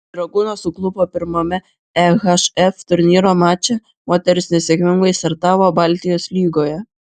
dragūnas suklupo pirmame ehf turnyro mače moterys nesėkmingai startavo baltijos lygoje